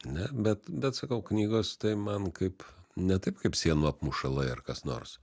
ne bet bet sakau knygos tai man kaip ne taip kaip sienų apmušalai ar kas nors